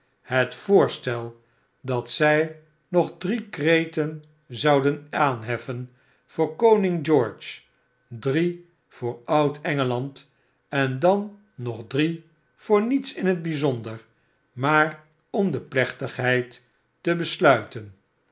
het voorstel dat zij nog drie kreten zouden aanheffen voor koning george drievoor oudengeland en dan nog drie voor niets in het bijzonder maar om de plechtigheid te besluiten